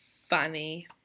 funny